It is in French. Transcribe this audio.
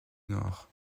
nord